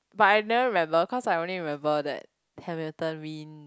but I never remember cause I only remember that Hamilton win